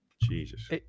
Jesus